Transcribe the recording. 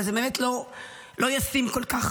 אבל זה באמת לא ישים כל כך.